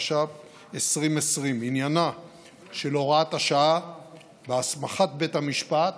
התש"ף 2020. עניינה של הוראת השעה בהסמכת בית המשפט